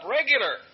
regular